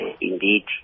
indeed